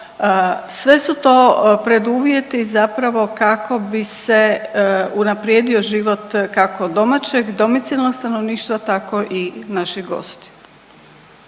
sve su to preduvjeti zapravo kako bi se unaprijedio život kako domaćeg domicilnog stanovništva tako i naših gostiju.